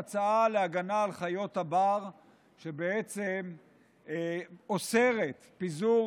הצעה להגנה על חיות הבר שבעצם אוסרת פיזור